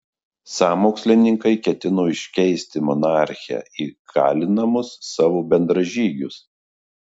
sąmokslininkai ketino iškeisti monarchę į kalinamus savo bendražygius